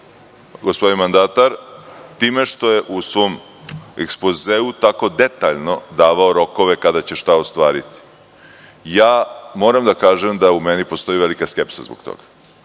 gospodin mandatar, time što je u svom ekspozeu tako detaljno davao rokove kada će šta ostvariti. Moram da kažem da u meni postoji velika skepsa zbog toga,